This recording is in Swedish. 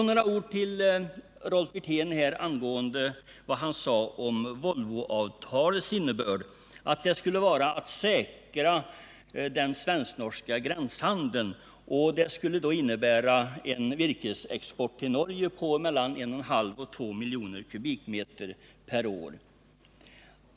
Några ord till Rolf Wirtén angående det han sade om Volvoavtalets innebörd, nämligen att det skulle säkra den svensk-norska gränshandeln, vilket skulle innebära en virkesexport till Norge på mellan 1 1/2 och 2 miljoner kubikmeter per år.